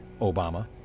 Obama